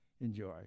Enjoy